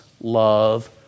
love